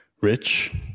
rich